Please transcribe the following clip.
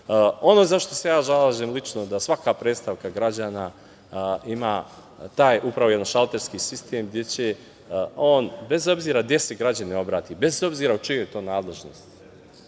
za šta se ja zalažem lično je da svaka predstavka građana ima taj jednošalterski sistem gde će on bez obzira gde se građanin obrati, bez obzira u čijoj je to nadležnosti